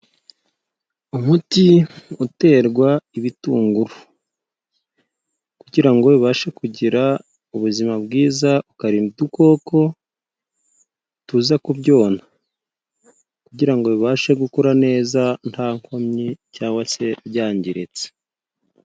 Umuti uterwa ibitunguru kugira ngo bibashe kugira ubuzima bwiza, ukarinda udukoko tuza kubyona kugira ngo bibashe gukura neza nta nkomyi cyangwa se byangiritse.